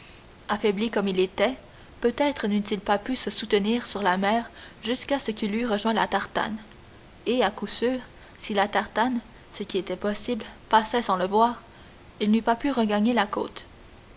affaibli comme il était peut-être n'eût-il pas pu se soutenir sur la mer jusqu'à ce qu'il eût rejoint la tartane et à coup sûr si la tartane ce qui était possible passait sans le voir il n'eût pas pu regagner la côte